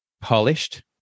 polished